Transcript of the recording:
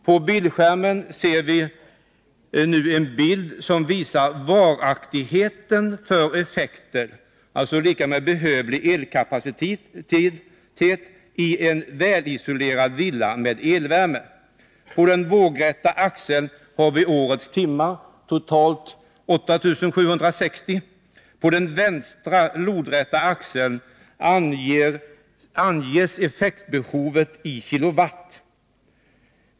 På bildskärmen ser vi nu en bild som visar varaktigheten för olika stora effekter — dvs. behövlig elkapacitet — i en välisolerad villa med elvärme. På den vågräta axeln har vi årets timmar, totalt 8 760. På den vänstra lodräta axeln anges effektbehovet i kW.